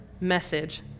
message